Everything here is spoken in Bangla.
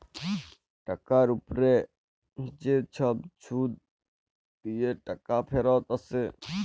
টাকার উপ্রে যে ছব সুদ দিঁয়ে টাকা ফিরত আসে